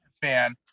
fan